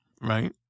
right